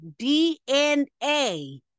DNA